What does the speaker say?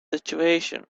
situation